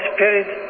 Spirit